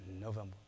November